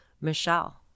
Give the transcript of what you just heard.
Michelle